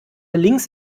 links